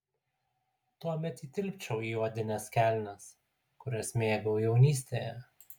tuomet įtilpčiau į odines kelnes kurias mėgau jaunystėje